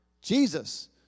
Jesus